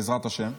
בעזרת השם.